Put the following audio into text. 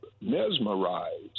mesmerized